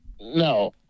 No